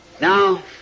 Now